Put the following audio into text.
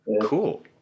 Cool